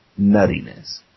nuttiness